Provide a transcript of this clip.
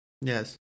Yes